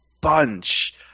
bunch